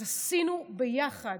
אז עשינו ביחד,